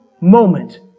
moment